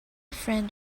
friend